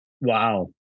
wow